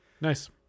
nice